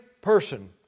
person